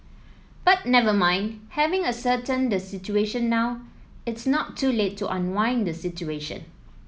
but never mind having ascertained the situation now it's not too late to unwind the situation